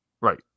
Right